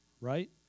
right